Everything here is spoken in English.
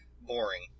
boring